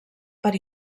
per